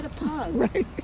Right